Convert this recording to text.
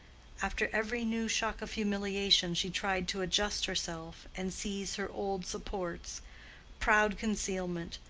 after every new shock of humiliation she tried to adjust herself and seize her old supports proud concealment,